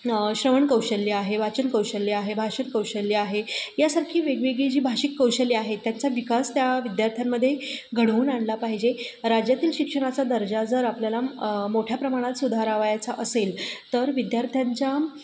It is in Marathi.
श्रवण कौशल्य आहे वाचन कौशल्य आहे भाषिक कौशल्य आहे यासारखी वेगवेगळी जी भाषिक कौशल्य आहे त्यांचा विकास त्या विद्यार्थ्यांमध्ये घडवून आणला पाहिजे राज्यातील शिक्षणाचा दर्जा जर आपल्याला मोठ्या प्रमाणात सुधारावयाचा असेल तर विद्यार्थ्यांच्या